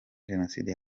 jenoside